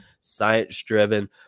Science-driven